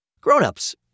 Grownups